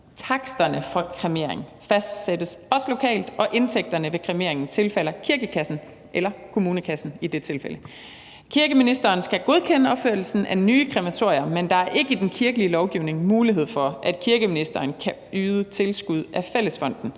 Taksterne for kremering fastsættes også lokalt, og indtægterne ved kremering tilfalder kirkekassen eller kommunekassen. Kirkeministeren skal godkende opførelsen af nye krematorier, men der er ikke i den kirkelige lovgivning mulighed for, at kirkeministeren kan yde tilskud fra fællesfonden